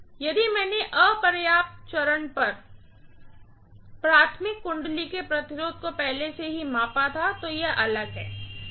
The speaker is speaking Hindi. यदि मैंने अपर्याप्त चरण पर प्राइमरी वाइंडिंग के रेजिस्टेंस को पहले से ही मापा था तो यह अलग है